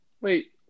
Wait